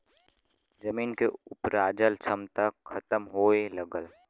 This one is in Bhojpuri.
जमीन के उपराजल क्षमता खतम होए लगल